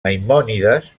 maimònides